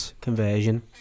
conversion